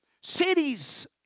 Cities